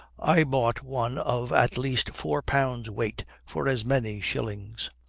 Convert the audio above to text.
i bought one of at least four pounds weight for as many shillings.